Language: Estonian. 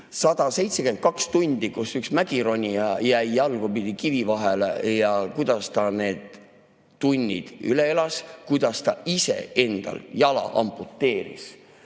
"[127] tundi", kus üks mägironija jäi jalgupidi kivide vahele ja kuidas ta need tunnid üle elas, kuidas ta iseendal jala amputeeris.